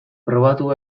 probatu